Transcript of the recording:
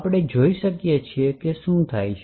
આપણે જોઈ શકીએ કે શું થાય છે